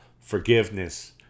forgiveness